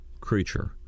creature